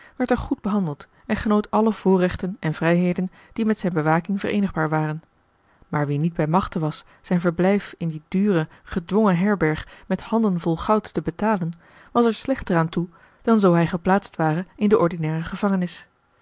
werd er goed behandeld en genoot alle voorrechten en vrijheden die met zijne bewaking vereenigbaar waren maar wie niet bij machte was zijn verblijf in die dure gedwongen herberg met handen vol gouds te betalen was er slechter aan toe dan zoo hij geplaatst ware in de ordinaire gevangenis